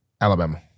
Alabama